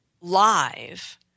live